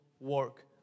work